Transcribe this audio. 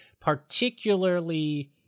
particularly